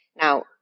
Now